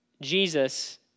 Jesus